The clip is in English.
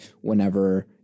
whenever